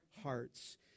hearts